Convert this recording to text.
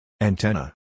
Antenna